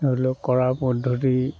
ধৰি লওক কৰাৰ পদ্ধতি